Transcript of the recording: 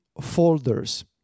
folders